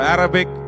Arabic